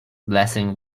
blessing